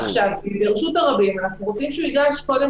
ברשות הרבים אנחנו רוצים שהוא ייגש קודם